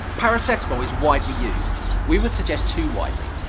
paracetamol is widely used we would suggest too widely.